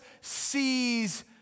sees